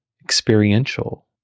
experiential